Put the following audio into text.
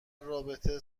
رابطه